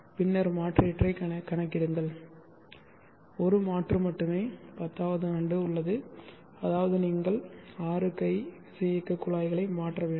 பின்னர் மாற்றீட்டைக் கணக்கிடுங்கள் ஒரு மாற்று மட்டுமே 10 வது ஆண்டு உள்ளது அதாவது நீங்கள் 6 கை விசையியக்கக் குழாய்களை மாற்ற வேண்டும்